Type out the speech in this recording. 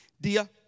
Dia